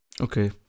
Okay